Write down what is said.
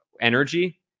energy